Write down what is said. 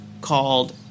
called